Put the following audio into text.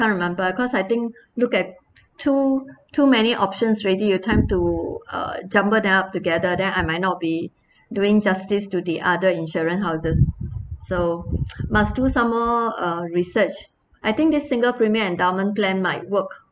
can't remember cause I think look at too too many options ready you tend to uh jumbled up together then I might not be doing justice to the other insurance houses so must do some more uh research I think this single premium endowment plan might work